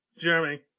Jeremy